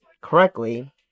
correctly